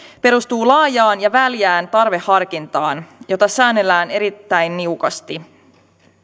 perustuu laajaan ja väljään tarveharkintaan jota säännellään erittäin niukasti